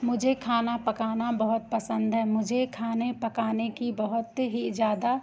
मुझे खाना पकाना बहुत पसंद है मुझे खाने पकाने की बहुत ही ज़्यादा